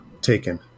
taken